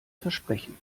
versprechen